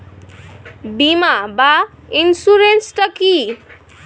বিমা বা ইন্সুরেন্স টা কি?